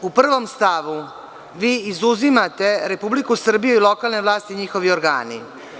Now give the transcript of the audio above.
U 1. stavu vi izuzimate Republiku Srbiju i lokalne vlasti i njihove organe.